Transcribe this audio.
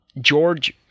George